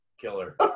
Killer